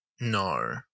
No